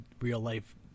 real-life